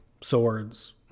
swords